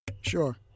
Sure